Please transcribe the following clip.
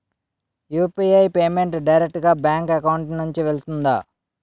UPI payment direct గా bank account నుంచి వెళ్తుందా?